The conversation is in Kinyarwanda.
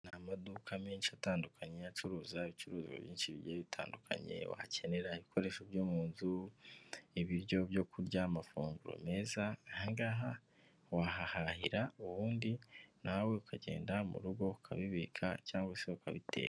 Ni amaduka menshi atandukanye acuruza ibicuruzwa byinshi bigiye bitandukanye wakenera, ibikoresho byo mu nzu, ibiryo byo kurya amafunguro meza, aha ngaha wahahahira ubundi nawe ukagenda mu rugo ukabibika cyangwa se ukabitera.